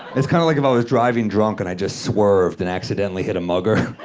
it's kind of like if i was driving drunk and i just swerved and accidentally hit a mugger.